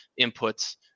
inputs